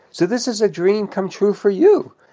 so this is a dream come true for you.